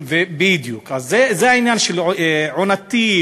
זה יכול להיות גם עונתי,